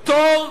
פטור,